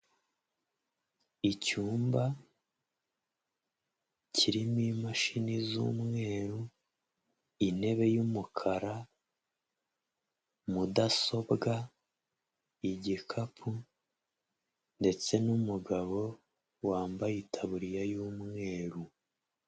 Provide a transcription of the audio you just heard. Icyumba, kirimo imashini z'umweru, intebe y'umukara, mudasobwa, igikapu ndetse n'umugabo wambaye itaburiya y'umweru.